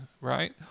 right